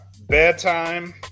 Bedtime